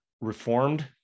reformed